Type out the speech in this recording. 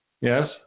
Yes